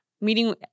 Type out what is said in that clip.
meeting